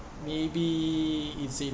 maybe is in